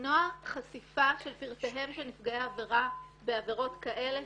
למנוע חשיפת פרטיהם של נפגעי עבירה בעבירות כאלה,